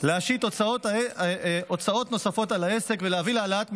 להשית הוצאות נוספות על העסק ולהביא להעלאת מחירים,